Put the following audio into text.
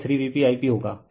तो यह 3VpI p होगा